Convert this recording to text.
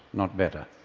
not better.